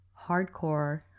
hardcore